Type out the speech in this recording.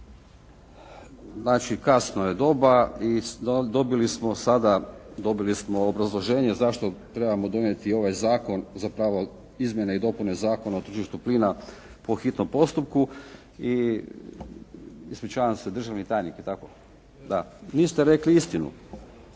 Znači kasno je doba i dobili smo sada, dobili smo obrazloženje zašto trebamo donijeti ovaj zakon, zapravo izmjene i dopune Zakona o tržištu plina po hitnom postupku i ispričavam se, državni tajnik je li tako? Da. Niste rekli istinu.